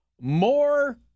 more